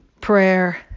prayer